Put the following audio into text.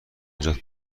نجات